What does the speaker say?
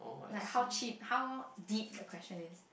like how cheap how deep the question is